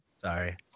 Sorry